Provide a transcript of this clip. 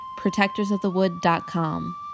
protectorsofthewood.com